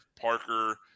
Parker